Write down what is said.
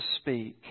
speak